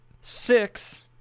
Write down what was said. Six